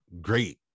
great